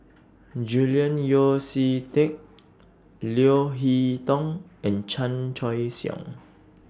Julian Yeo See Teck Leo Hee Tong and Chan Choy Siong